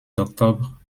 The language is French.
d’octobre